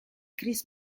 chris